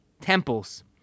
temples